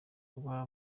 kuba